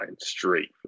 straight